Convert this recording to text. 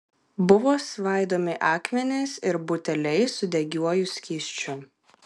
buvo svaidomi akmenys ir buteliai su degiuoju skysčiu